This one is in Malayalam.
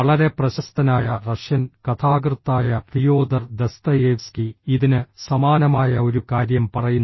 വളരെ പ്രശസ്തനായ റഷ്യൻ കഥാകൃത്തായ ഫിയോദർ ദസ്തയേവ്സ്കി ഇതിന് സമാനമായ ഒരു കാര്യം പറയുന്നു